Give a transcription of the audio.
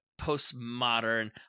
postmodern